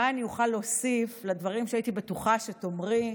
מה אני אוכל להוסיף לדברים שהייתי בטוחה שתאמרי,